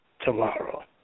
tomorrow